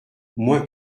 moins